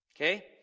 Okay